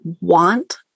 want